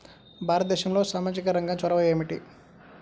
భారతదేశంలో సామాజిక రంగ చొరవ ఏమిటి?